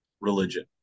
religion